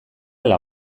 ala